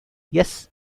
yes